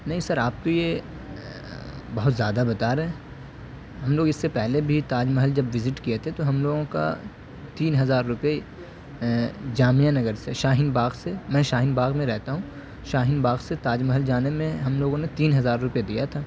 نہیں سر آپ تو یہ بہت زیادہ بتا رہے ہیں ہم لوگ اس سے پہلے بھی تاج محل جب وزٹ کئے تھے تو ہم لوگوں کا تین ہزار روپیے جامعہ نگر سے شاہین باغ سے میں شاہین باغ میں رہتا ہوں شاہین باغ سے تاج محل جانے میں ہم لوگوں نے تین ہزار روپیے دیا تھا